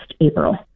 April